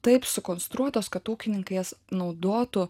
taip sukonstruotos kad ūkininkai jas naudotų